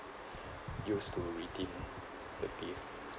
use to redeem the gift